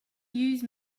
use